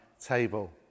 table